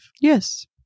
Yes